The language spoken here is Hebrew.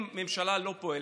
אם הממשלה לא פועלת,